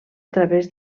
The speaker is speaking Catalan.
través